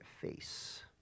face